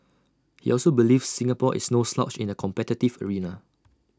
he also believes Singapore is no slouch in the competitive arena